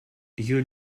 you